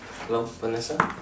hello Vanessa